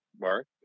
mark